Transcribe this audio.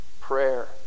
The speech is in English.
prayer